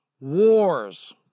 wars